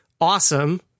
awesome